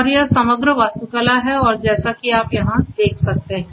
और यह समग्र वास्तुकला है और जैसा कि आप यहां देख सकते हैं